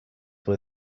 were